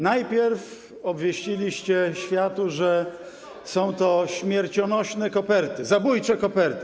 Najpierw obwieściliście światu, że są śmiercionośne koperty, zabójcze koperty.